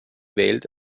wählt